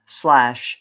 slash